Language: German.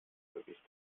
gericht